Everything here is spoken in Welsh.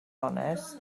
onest